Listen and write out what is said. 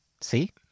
See